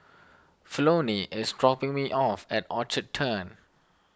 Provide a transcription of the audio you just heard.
Flonnie is dropping me off at Orchard Turn